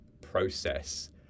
process